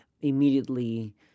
immediately